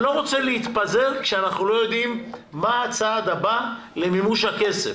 רוצה להתפזר כשאנחנו לא יודעים מה הצעד הבא למימוש הכסף.